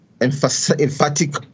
emphatic